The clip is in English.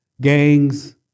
gangs